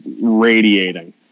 radiating